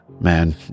man